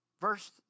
Verse